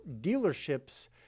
dealership's